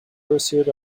pursuit